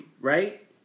right